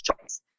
choice